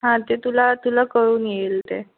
हां ते तुला तुला कळून येईल ते